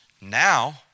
now